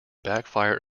backfire